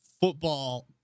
football